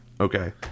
Okay